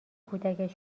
کودک